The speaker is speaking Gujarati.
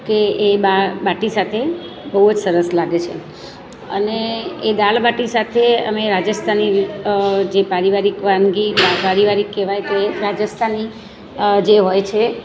કે એ બા આ બાટી સાથે બહુ જ સરસ લાગે છે અને એ દાલબાટી સાથે અમે રાજસ્થાની જે પારિવારિક વાનગી પારિવારિક કહેવાય તો એ રાજસ્થાની જે હોય છે